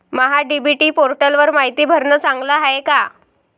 महा DBT पोर्टलवर मायती भरनं चांगलं हाये का?